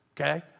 okay